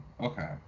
Okay